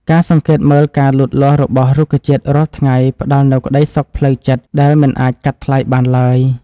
ការសង្កេតមើលការលូតលាស់របស់រុក្ខជាតិរាល់ថ្ងៃផ្តល់នូវក្តីសុខផ្លូវចិត្តដែលមិនអាចកាត់ថ្លៃបានឡើយ។